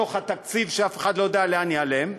בתוך התקציב שאף אחד לא יודע לאן ייעלם,